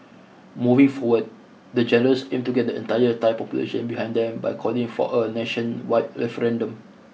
moving forward the generals aim to get the entire Thai population behind them by calling for a nationwide referendum